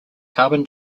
carbon